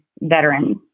veterans